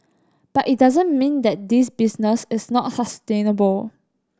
but it doesn't mean that this business is not sustainable